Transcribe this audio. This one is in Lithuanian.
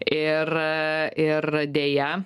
ir ir deja